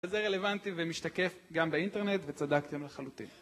אז זה רלוונטי ומשתקף גם באינטרנט וצדקתם לחלוטין.